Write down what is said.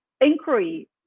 inquiry